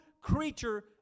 creature